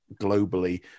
globally